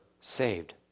saved